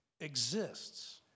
exists